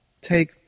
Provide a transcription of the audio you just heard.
take